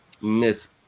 miss